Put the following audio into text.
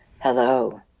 Hello